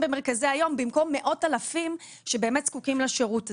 איש במרכזי היום במקום מאות אלפים שבאמת זקוקים לשירות הזה.